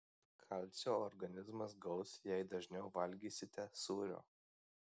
kalcio organizmas gaus jei dažniau valgysite sūrio